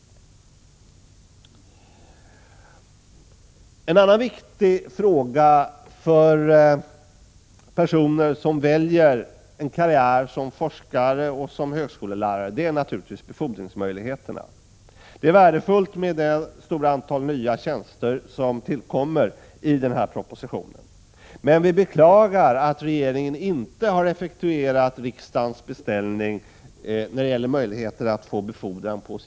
En annan viktig fråga för personer som väljer en karriär som forskare och högskolelärare är naturligtvis befordringsmöjligheterna. Det är värdefullt med det stora antal nya tjänster som tillkommer genom den här propositionen. Men vi beklagar att regeringen inte har effektuerat riksdagens beställning när det gäller möjligheterna att få befordran på sin tjänst.